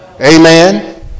amen